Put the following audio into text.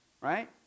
Right